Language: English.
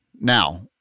Now